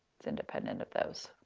it's independent of those.